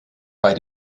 bei